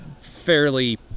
fairly